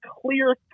clear